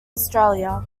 australia